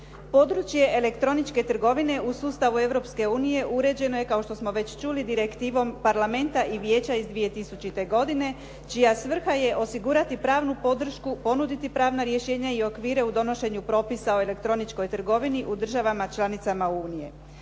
Područje elektroničke trgovine u sustavu Europske unije uređeno je kao što smo već čuli direktivom parlamenta i vijeća iz 2000. godine čija svrha je osigurati pravnu podršku, ponuditi pravna rješenja i okvire u donošenju propisa o elektroničkoj trgovini u državama članicama unije.